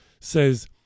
says